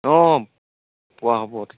অঁ পোৱা হ'ব তাত